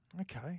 Okay